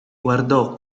guardò